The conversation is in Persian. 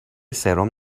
سرم